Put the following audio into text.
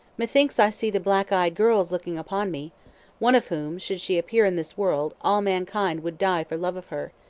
methinks i see the black-eyed girls looking upon me one of whom, should she appear in this world, all mankind would die for love of her.